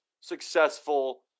successful